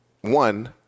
One